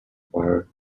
acquire